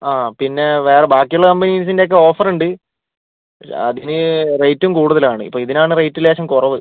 അതെ പിന്നെ വേറെ ബാക്കി ഉള്ള കമ്പനീസിൻറ്റൊക്കെ ഓഫറുണ്ട് അതിന് റേറ്റും കൂടുതലാണ് ഇപ്പോൾ ഇതിനാണ് റേറ്റ് ലേശം കുറവ്